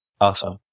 Awesome